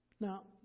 Now